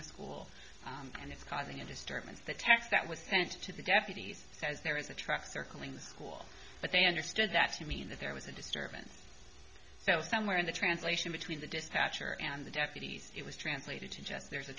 the school and it's causing a disturbance the text that was sent to the deputies says there is a truck circling the school but they understood that to mean that there was a disturbance so somewhere in the translation between the dispatcher and the deputies it was translated to just there's a